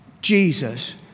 Jesus